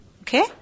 Okay